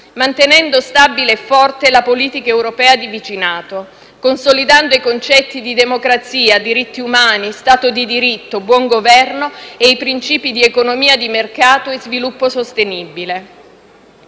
mantenendo stabile e forte la politica europea di vicinato, consolidando i concetti di democrazia, diritti umani, Stato di diritto, buon Governo e i principi di economia di mercato e sviluppo sostenibile.